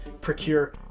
procure